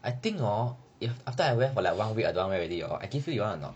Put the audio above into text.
I think hor if after I wear like for like one week I don't want wear already I give you you want or not